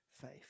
faith